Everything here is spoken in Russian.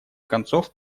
концов